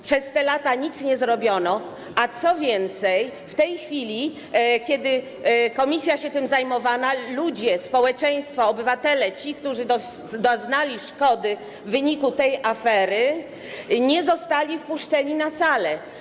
Przez te lata nic nie zrobiono, co więcej, kiedy komisja się tym zajmowała, ludzie, społeczeństwo, obywatele, ci, który doznali szkody w wyniku tej afery, nie zostali wpuszczeni na salę.